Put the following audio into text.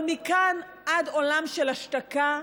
אבל מכאן עד עולם של השתקה,